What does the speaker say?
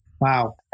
Wow